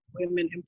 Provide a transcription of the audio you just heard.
women